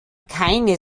keine